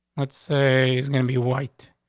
that's a is gonna be white.